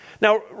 Now